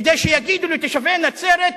כדי שיגידו לתושבי נצרת: